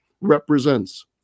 represents